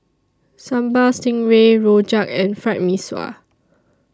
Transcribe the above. Sambal Stingray Rojak and Fried Mee Sua